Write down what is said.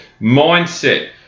Mindset